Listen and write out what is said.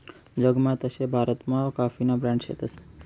जगमा तशे भारतमा काफीना ब्रांड शेतस